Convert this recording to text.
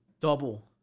double